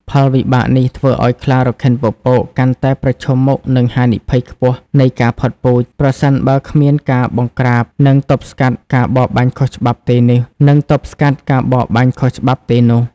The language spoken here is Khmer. ផលវិបាកនេះធ្វើឲ្យខ្លារខិនពពកកាន់តែប្រឈមមុខនឹងហានិភ័យខ្ពស់នៃការផុតពូជ ប្រសិនបើគ្មានការបង្ក្រាប និងទប់ស្កាត់ការបរបាញ់ខុសច្បាប់ទេនោះ។